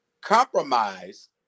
compromise